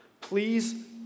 Please